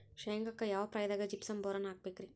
ಶೇಂಗಾಕ್ಕ ಯಾವ ಪ್ರಾಯದಾಗ ಜಿಪ್ಸಂ ಬೋರಾನ್ ಹಾಕಬೇಕ ರಿ?